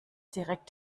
direkt